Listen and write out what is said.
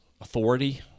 authority